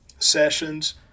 sessions